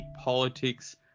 politics